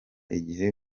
igihe